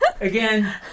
Again